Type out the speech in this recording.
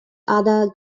other